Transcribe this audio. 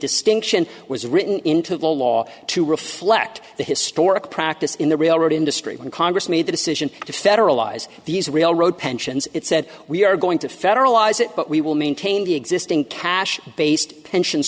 distinction was written into the law to reflect the historic practice in the railroad industry when congress made the decision to federalize these railroad pensions it said we are going to federalize it but we will maintain the existing cash based pension